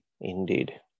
indeed